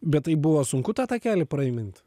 bet tai buvo sunku tą takelį pramint